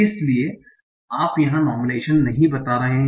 इसलिए आप यहां नार्मलाइजेशन नहीं कर रहे हैं